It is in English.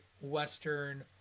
western